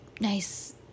nice